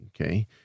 okay